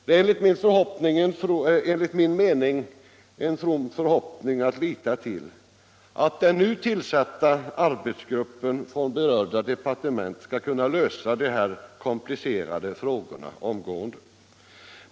Det är enligt min mening en from förhoppning att lita till, att den nu tillsatta arbetsgruppen från berörda departement skall kunna lösa de här komplicerade frågorna omgående.